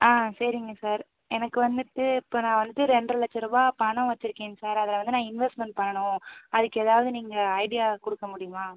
ஆ சரிங்க சார் எனக்கு வந்துட்டு இப்போ நான் வந்து ரெண்ட்ரை லட்சருபா பணம் வச்சிருக்கேங்க சார் அதை வந்து நான் இன்வெஸ்மண்ட் பண்ணணும் அதுக்கு ஏதாவது நீங்கள் ஐடியா கொடுக்க முடியுமா